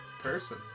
person